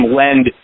lend